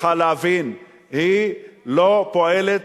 צריכה להבין, היא לא פועלת